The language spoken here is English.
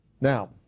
now